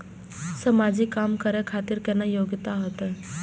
समाजिक काम करें खातिर केतना योग्यता होते?